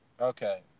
Okay